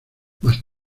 más